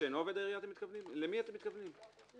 למי אתם מתכוונים, לעובד שאינו עובד עירייה?